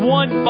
one